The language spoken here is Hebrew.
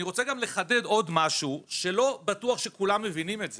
אני רוצה גם לחדד עוד משהו שלא בטוח שכולם מבינים את זה.